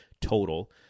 total